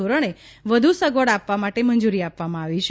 ધોરણે વધુ સગવડ આપવા માટે મંજુરી આપવામાં આવેલ છે